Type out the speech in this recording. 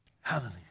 Hallelujah